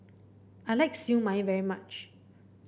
I like Siew Mai very much